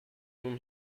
whom